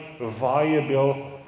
viable